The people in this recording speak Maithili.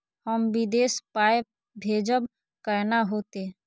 हम विदेश पाय भेजब कैना होते?